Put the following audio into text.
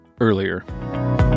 earlier